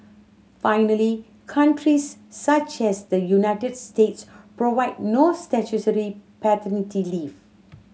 finally countries such as the United States provide no paternity leave